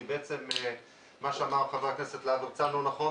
כי בעצם מה שאמר חבר הכנסת להב הרצנו נכון,